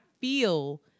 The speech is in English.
feel